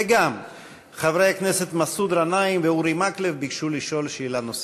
וגם חברי הכנסת מסעוד גנאים ואורי מקלב ביקשו לשאול שאלה נוספת.